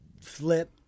flip